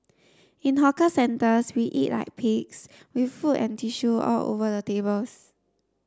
in hawker centres we eat like pigs with food and tissue all over the tables